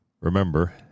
remember